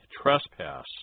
trespass